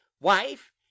Wife